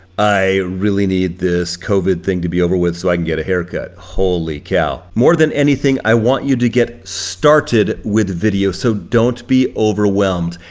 i really need this covid thing to be over with so i can get a haircut, holy cow. more than anything, i want you to get started with video so don't be overwhelmed.